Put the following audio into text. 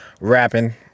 Rapping